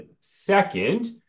second